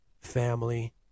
family